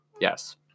Yes